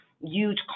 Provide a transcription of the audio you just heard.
huge